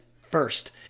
first